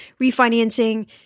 refinancing